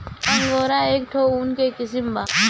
angora एक ठो ऊन के किसिम बा